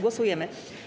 Głosujemy.